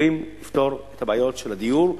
יכולים לפתור את הבעיות של הדיור.